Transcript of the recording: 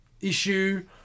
issue